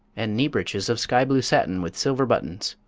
and knee breeches of sky-blue satin with silver buttons.